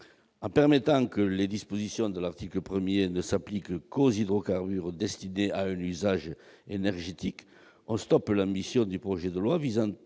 En permettant que les dispositions de l'article 1 ne s'appliquent qu'aux hydrocarbures destinés à « un usage non énergétique », on stoppe l'ambition du projet de loi- l'arrêt